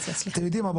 אתם יודעים מה?